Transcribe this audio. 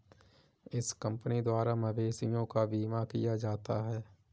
इस कंपनी द्वारा मवेशियों का बीमा किया जाता है